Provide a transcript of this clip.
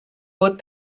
but